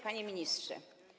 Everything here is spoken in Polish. Panie Ministrze!